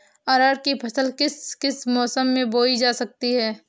अरहर की फसल किस किस मौसम में बोई जा सकती है?